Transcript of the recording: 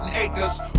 acres